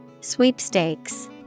Sweepstakes